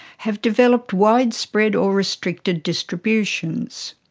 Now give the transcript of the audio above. have developed widespread or restricted distributions.